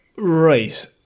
Right